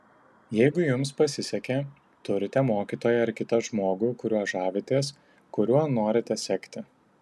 jeigu jums pasisekė turite mokytoją ar kitą žmogų kuriuo žavitės kuriuo norite sekti